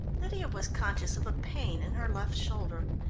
lydia was conscious of a pain in her left shoulder.